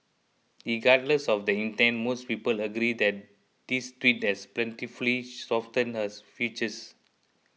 regardless of the intent most people agree that this tweak has pleasantly softened her features